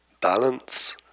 balance